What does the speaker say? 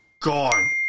gone